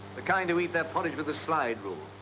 the kind who eat their porridge with a slide rule.